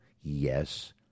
Yes